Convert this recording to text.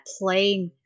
playing